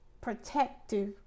protective